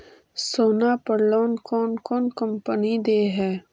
सोना पर लोन कौन कौन कंपनी दे है?